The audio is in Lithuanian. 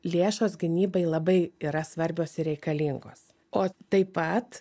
lėšos gynybai labai yra svarbios reikalingos o taip pat